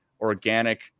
organic